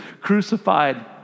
crucified